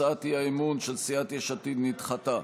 הצעת האי-אמון של סיעת יש עתיד-תל"ם נדחתה.